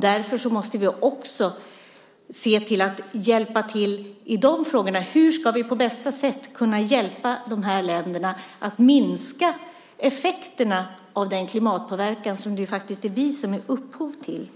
Därför måste vi också se till att hjälpa till i de frågorna. Hur ska vi på bästa sätt kunna hjälpa de länderna att minska effekterna av den klimatpåverkan som ju faktiskt vi är upphov till?